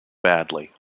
badly